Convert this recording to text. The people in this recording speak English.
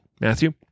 Matthew